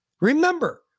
Remember